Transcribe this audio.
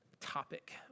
topic